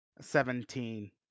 seventeen